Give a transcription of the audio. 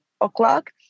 o'clock